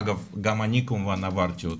אגב, גם אני כמובן עברתי אותו,